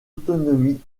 autonomie